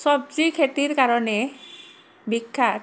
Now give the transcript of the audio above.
চব্জি খেতিৰ কাৰণে বিখ্যাত